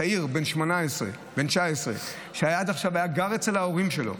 מצעיר בן 18 או בן 19 שעד עכשיו היה גר אצל ההורים שלו,